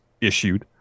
issued